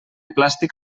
plàstic